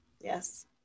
Yes